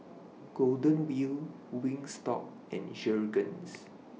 Golden Wheel Wingstop and Jergens